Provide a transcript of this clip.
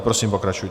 Prosím, pokračujte.